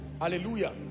Hallelujah